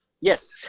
Yes